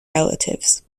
relatives